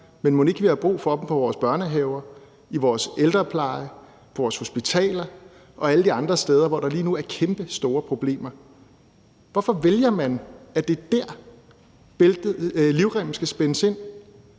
men mon ikke vi har brug for dem i vores børnehaver, i vores ældrepleje, på vores hospitaler og alle de andre steder, hvor der lige nu er kæmpestore problemer? Hvorfor vælger man, at det er dér, livremmen